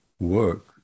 work